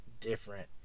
different